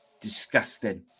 disgusting